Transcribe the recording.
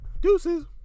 deuces